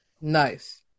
nice